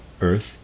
earth